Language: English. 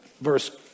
verse